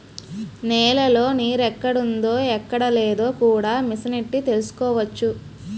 నేలలో నీరెక్కడుందో ఎక్కడలేదో కూడా మిసనెట్టి తెలుసుకోవచ్చు